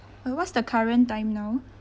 uh what's the current time now